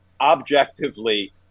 Objectively